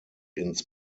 ins